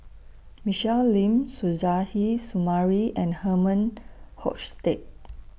Michelle Lim Suzairhe Sumari and Herman Hochstadt